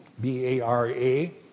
B-A-R-A